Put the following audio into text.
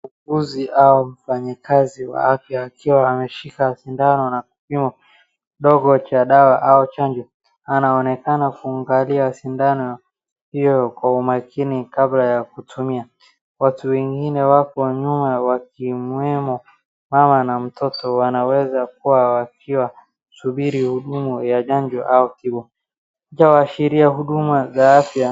Muuguzi au mfanyikazi wa afya akiwa ameshika shindano ,ana kipimo kidogo cha dawa au chanjo. Anaonekana kuangalia sindano hiyo kwa umakini kabla ya kutumia. Watu wengine wako nyuma wakiwemo mama ana mtoto. Wanaweza kuwa wakisubiri huduma ya chanjo au kiu. Picha inaashiria huduma za afya.